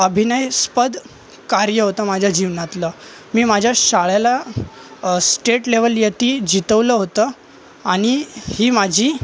अभिनयस्पद कार्य होतं माझ्या जीवनातलं मी माझ्या शाळेला स्टेट लेवल यती जीतवलं होतं आणि ही माझी